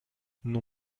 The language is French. non